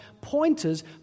pointers